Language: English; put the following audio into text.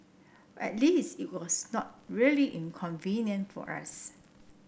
at least it was not really inconvenient for us